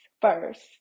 first